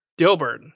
Dilbert